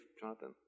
Jonathan